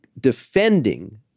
defending